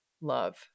love